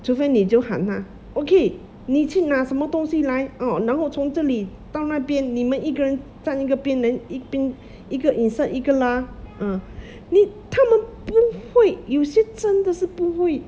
除非你就喊他 okay 你去拿什么东西来 orh 然后从这里到那边你们一个人站一个边 then 一边一个 insert 一个拉 ah 你他们不会有些真的是不会